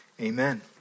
Amen